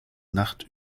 nacht